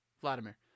Vladimir